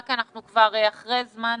קודם כול,